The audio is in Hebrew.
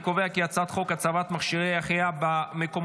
אני קובע כי הצעת חוק הצבת מכשירי החייאה במקומות